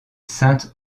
sainte